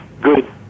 good